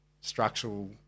structural